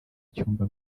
icyumba